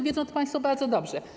Wiedzą to państwo bardzo dobrze.